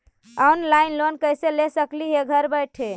Online loan कैसे ले सकली हे घर बैठे?